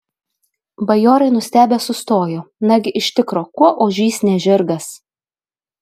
bajorai nustebę sustojo nagi iš tikro kuo ožys ne žirgas